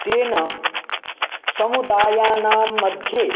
तेन समुदायानांमध्ये